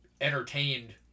entertained